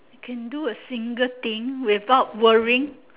you can do a single thing without worrying